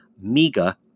MEGA